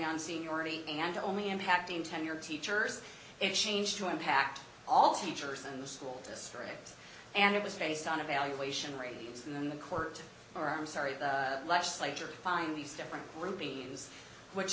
on seniority and only impacting tenure teachers it changed to impact all teachers in the school district and it was based on evaluation rates in the court or i'm sorry legislature find these different groupings which